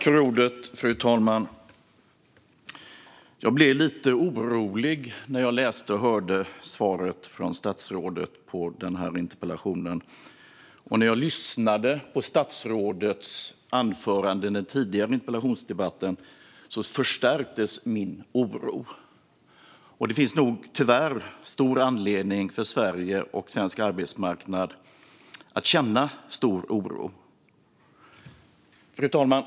Fru talman! Jag blev lite orolig när jag tog del av statsrådets svar på interpellationen, och när jag lyssnade på statsrådets anföranden i den tidigare interpellationsdebatten förstärktes min oro. Tyvärr finns det nog stor anledning för Sverige och svensk arbetsmarknad att känna oro. Fru talman!